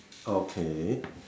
okay